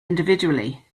individually